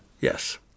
Yes